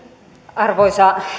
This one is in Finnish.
arvoisa